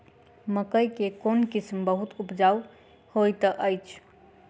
मकई केँ कोण किसिम बहुत उपजाउ होए तऽ अछि?